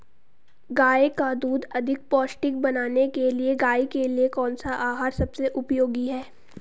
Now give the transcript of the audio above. गाय का दूध अधिक पौष्टिक बनाने के लिए गाय के लिए कौन सा आहार सबसे उपयोगी है?